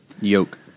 Yoke